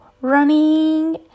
running